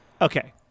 Okay